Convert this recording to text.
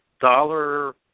dollar